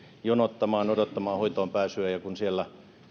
jonottamaan odottamaan hoitoon pääsyä ja kun siellä